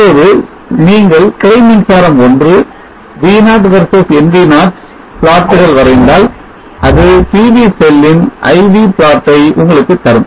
இப்போது நீங்கள் கிளை மின்சாரம் I V0 versus nv0 பிளாட்டுகள் வரைந்தால் அது pv செல்லின் I V பிளாட்டை உங்களுக்கு தரும்